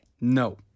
No